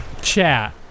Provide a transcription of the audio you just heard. Chat